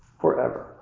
forever